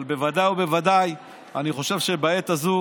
אבל בוודאי ובוודאי אני חושב שבעת הזו